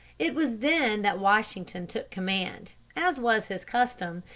it was then that washington took command, as was his custom,